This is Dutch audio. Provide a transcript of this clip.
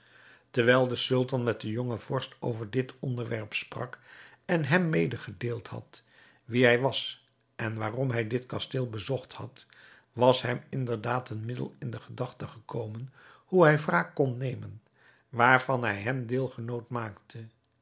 terwijl de sultan met den jongen vorst over dit onderwerp sprak en hem medegedeeld had wie hij was en waarom hij dit kasteel bezocht had was hem inderdaad een middel in de gedachte gekomen hoe hij wraak kon nemen waarvan hij hem deelgenoot maakte